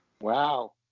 wow